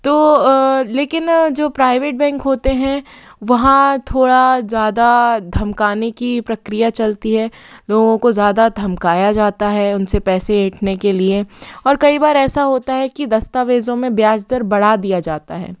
तो लेकिन जो प्राइवेट बैंक होते हैं वहाँ थोड़ा ज़्यादा धमकाने की प्रक्रिया चलती है लोगों को ज़्यादा धमकाया जाता है उनसे पैसे ऐठने के लिए और कई बार ऐसा होता है कि दस्तावेज़ों में ब्याज दर बढ़ा दिया जाता है